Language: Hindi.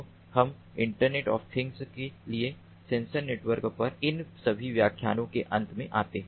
तो हम इंटरनेट ऑफ़ थिंग्स के लिए सेंसर नेटवर्क पर इन सभी व्याख्यानों के अंत में आते हैं